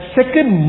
second